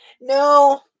No